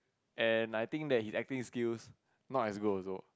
and I think that his acting skills not as good also